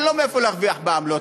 אין לו מאיפה להרוויח בעמלות,